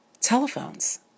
telephones